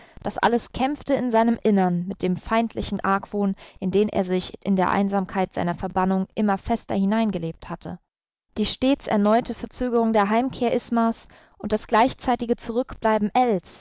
das alles kämpfte in seinem innern mit dem feindlichen argwohn in den er sich in der einsamkeit seiner verbannung immer fester hineingelebt hatte die stets erneute verzögerung der heimkehr ismas und das gleichzeitige zurückbleiben